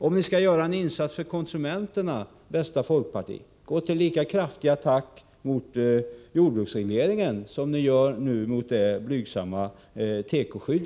Om ni skall göra en insats för konsumenterna, bästa folkparti, gå då till lika kraftig attack mot jordbruksregleringen som ni nu gör mot vårt blygsamma tekoskydd.